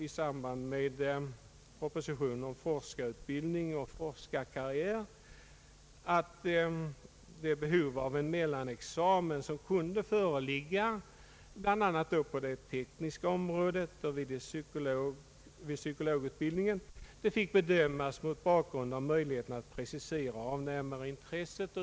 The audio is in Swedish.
I propositionen om forskarutbildning och forskarkarriär framhölls att det behov av en mellanexamen i forskarutbildningen som kunde föreligga bl.a. på det tekniska området och vid psykologutbildningen fick bedömas mot möjligheten att precisera avnämarintresset.